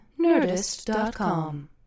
Nerdist.com